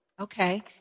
Okay